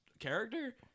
Character